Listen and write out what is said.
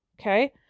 okay